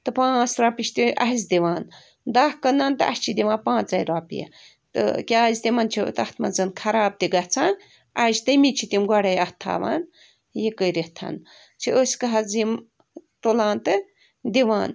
تہٕ پٲنٛژھ رۄپیہِ چھِ تِم اسہِ دِوان دَہ کٕنان تہٕ اسہِ چھِ دِوان پٲنژے رۄپیہِ تہٕ کیازِ تِمن چھِ تَتھ منٛز خراب تہِ گَژھان أجہِ تٔمے چھِ تِم گۄڈے اَتھ تھاوان یہِ کٔرِتھ چھِ أسۍ حظ یِم تُلان تہِ دِوان